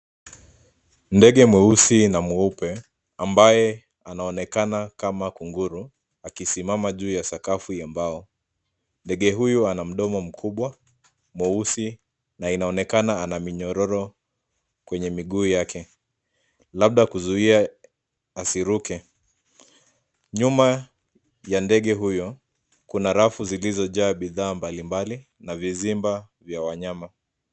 Ndege mweusi na mweupe, ambaye anaonekana kama kunguru, akisimama juu ya sakafu ya mbao. Ndege huyu ana mdomo mkubwa, mweusi, na inaonekana ana minyororo kwenye miguu yake, labda kuzuia asiruke. Nyuma ya ndege huyo, kuna rafu zilizojaa bidhaa mbali mbali, na vizimba vya wanyama.